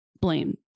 blame